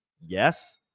Yes